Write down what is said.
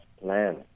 plan